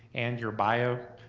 and your bio.